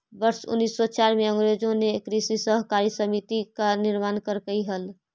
वर्ष उनीस सौ चार में अंग्रेजों ने कृषि सहकारी समिति का निर्माण करकई हल